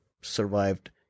survived